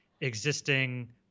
existing